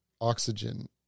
oxygen